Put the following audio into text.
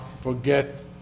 forget